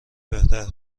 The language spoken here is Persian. بهتر